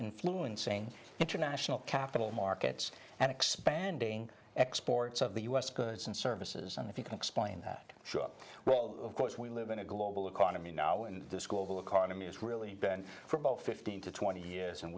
influencing international capital markets and expanding exports of the u s goods and services and if you can explain that show well of course we live in a global economy now and the school economy has really been for about fifteen to twenty years and